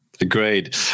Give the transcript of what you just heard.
Agreed